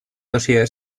dossier